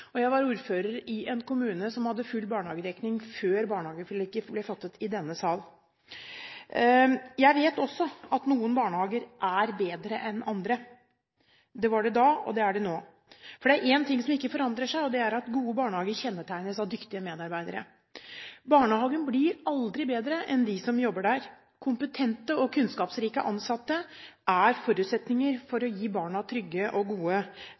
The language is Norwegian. sektoren. Jeg var også ordfører for en kommune som hadde full barnehagedekning før barnehageforliket ble inngått. Jeg vet også at noen barnehager er bedre enn andre. Slik var det da, og slik er det nå, for det er én ting som ikke forandrer seg, og det er at gode barnehager kjennetegnes av dyktige medarbeidere. Barnehagen blir aldri bedre enn dem som jobber der. Kompetente og kunnskapsrike ansatte er forutsetningen for å gi barna trygge og gode